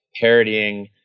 parodying